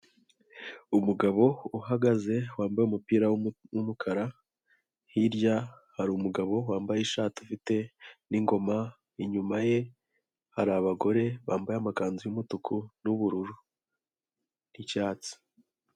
Umugabo uhagaze wambaye umupira w'umukara, hirya hari umugabo wambaye ishati afite n'ingoma, inyuma ye hari abagore bambaye amakanzu y'umutuku n'ubururu n'icyatsi.